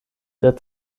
der